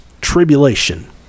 tribulation